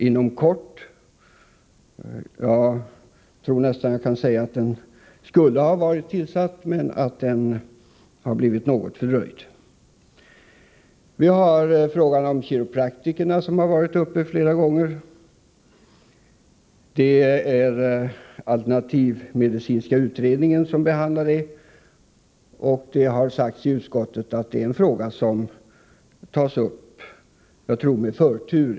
Jag tror nästan att jag kan säga att den skulle ha varit tillsatt, men den har blivit något fördröjd. Frågan om kiropraktiker har varit uppe flera gånger. Det är alternativmedicinkommittén som behandlar den frågan, och det har sagts i utskottet att det är en fråga som tas upp — jag tror med förtur.